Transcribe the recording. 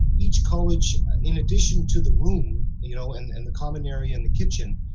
each college in addition to the room, you know, and and the common area and the kitchen,